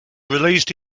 released